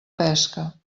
pesca